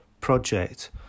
project